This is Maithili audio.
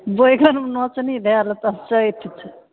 बैगनमे नोचनी धऽ लेत चैत छै